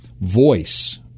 voice